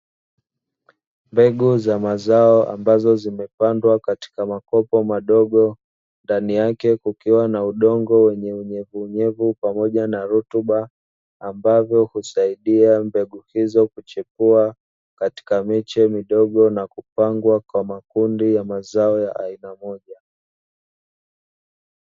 Mbegu za mazao ambazo zimepandwa katika makopo madogo, ndani yake kukiwa na udongo wenye unyevunyevu pamoja na rutuba, ambazo husaidia mbegu hizo kuchipua katika miche midogo na kupangwa kwa makundi ya mazao ya aina moja.